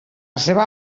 seva